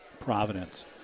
Providence